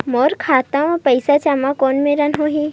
मोर खाता मा पईसा जमा कोन मेर होही?